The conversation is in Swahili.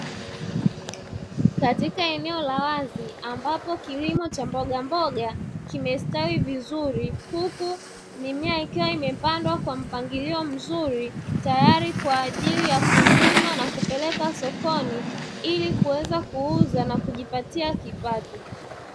Katika eneo la wazi, ambapo kilimo cha mbogamboga kimestawi vizuri huku mimea ikiwa imepandwa kwa mpangilio mzuri, tayari kwa ajili ya kuvunwa na kupeleka sokoni ili kuweza kuuza na kujipatia kipato.